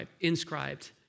inscribed